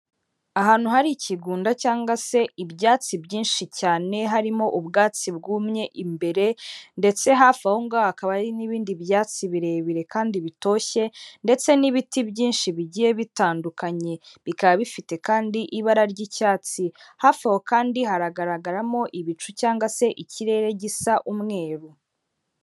Ahantu hari ikigunda cyangwa se ibyatsi byinshi cyane, harimo ubwatsi bwumye imbere ndetse hafi aho ngaho hakaba hari n'ibindi byatsi birebire kandi bitoshye ndetse n'ibiti byinshi bigiye bitandukanye, bikaba bifite kandi ibara ry'icyatsi, hafi aho kandi haragaragaramo ibicu cyangwa se ikirere gisa umweru